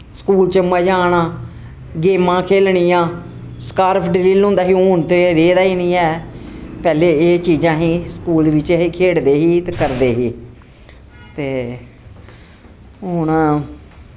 school च मजा आना गेमां खेलनियां स्कारफ ड्रील होंदा ही हून ते रेह्दा ही निं ऐ पैह्ले एह् चीजां ही स्कूल बिच्च असी खेढदे ही ते करदे ही ते हून